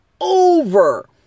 over